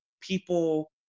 people